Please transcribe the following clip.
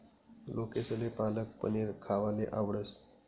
लोकेसले पालक पनीर खावाले आवडस